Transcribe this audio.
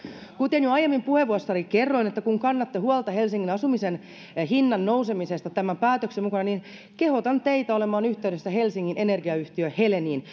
kuten jo aiemmin puheenvuorossani kerroin kun kannatte huolta helsingin asumisen hinnan nousemisesta tämän päätöksen mukana niin kehotan teitä olemaan yhteydessä helsingin energiayhtiö heleniin